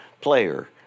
player